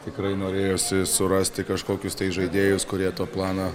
tikrai norėjosi surasti kažkokius tai žaidėjus kurie tą planą